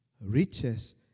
riches